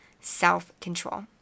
self-control